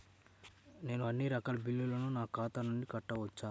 నేను అన్నీ రకాల బిల్లులను నా ఖాతా నుండి కట్టవచ్చా?